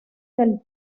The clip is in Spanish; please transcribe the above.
del